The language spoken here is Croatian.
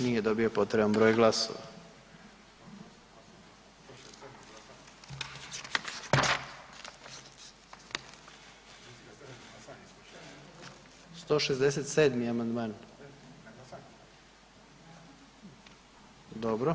Nije dobio potreban broj glasova. … [[Upadica: Govornik nije uključen.]] 167. amandman, dobro.